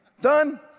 done